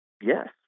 yes